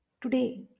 today